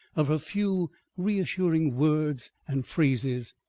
of her few reassuring words and phrases.